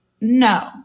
no